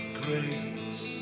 grace